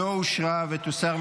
לא נתקבלה.